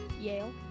Yale